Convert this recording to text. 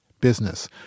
business